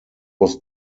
was